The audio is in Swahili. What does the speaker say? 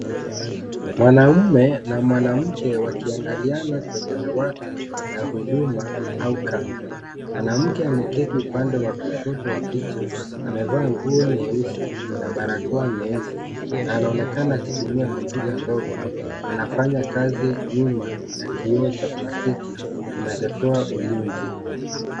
Mwanamume na mwanamke wakiangaliana kwenye dawati la huduma au kaunta. Mwanamke ameketi upande wa kushoto wa picha, amevaa nguo nyeusi na barakoa nyeusi na anaonekana akitumia kompyuta ndogo, anafanya kazi nyuma ya kioo cha plastiki kinachotoa ulinzi.